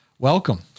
Welcome